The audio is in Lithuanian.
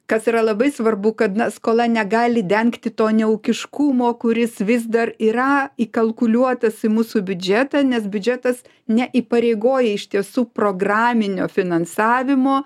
kas yra labai svarbu kada na skola negali dengti to neūkiškumo kuris vis dar yra įkalkuliuotas į mūsų biudžetą nes biudžetas neįpareigoja iš tiesų programinio finansavimo